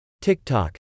TikTok